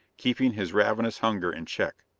keeping his ravenous hunger in check.